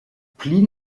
pline